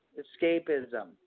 escapism